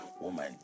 Woman